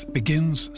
begins